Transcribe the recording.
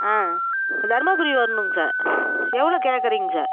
ஆ தருமபுரி வர்ணுங்க சார் எவ்வளோ கேக்கறிங்க சார்